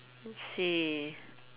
let's see